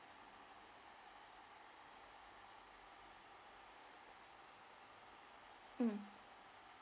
mm